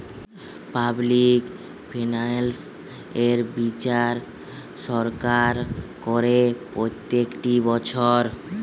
public finance এর বিচার সরকার করে প্রত্যেকটি বছর